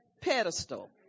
pedestal